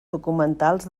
documentals